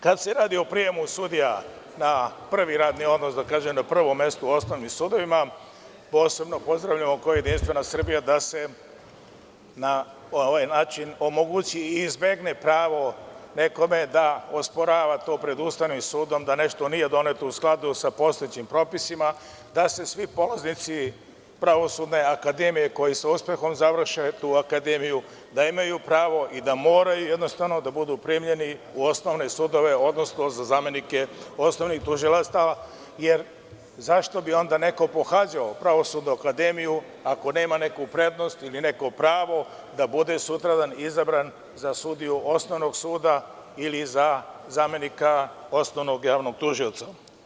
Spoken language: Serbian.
Kada se radi o prijemu sudija na prvi radni odnos, da kažem na prvo mesto u osnovnim sudovima posebno pozdravljamo kao JS da se na ovaj način omogući i izbegne pravo nekome da osporava to pred Ustavnim sudom da nešto nije doneto u skladu sa postojećim propisima, da se svi polaznici Pravosudne akademije koji sa uspehom završe tu akademiju, da imaju pravo i da moraju, jednostavno, da budu primljeni u osnovne sudove, odnosno za zamenike osnovnih tužilaštava, jer zašto bi onda neko pohađao Pravosudnu akademiju ako nema neku prednost ili neko pravo da bude sutradan izabran za sudiju Osnovnog suda ili za zamenika osnovnog javnog tužioca?